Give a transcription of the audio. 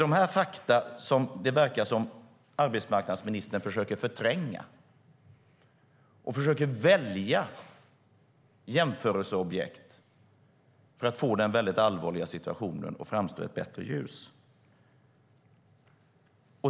Dessa fakta verkar arbetsmarknadsministern försöka förtränga genom att välja jämförelseobjekt för att få den allvarliga situationen att framstå i ett bättre ljus.